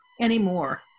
anymore